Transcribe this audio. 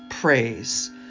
praise